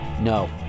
No